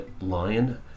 lion